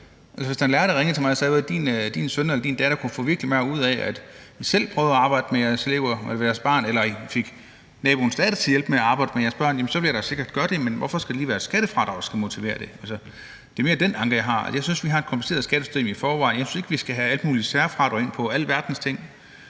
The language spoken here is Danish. var en lærer, der ringede til mig og sagde, at min søn eller datter kunne få virkelig meget ud af, at jeg selv prøvede at arbejde med dem, eller at jeg fik naboens datter til at hjælpe med at arbejde med dem, ville jeg da sikkert gøre det, men hvorfor skal det lige være et skattefradrag, der skal motivere det? Det er mere den anke, jeg har. Jeg synes, vi har et kompliceret skattesystem i forvejen, og jeg synes ikke, vi skal have alle mulige særfradrag til alverdens ting.